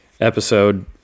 episode